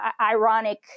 ironic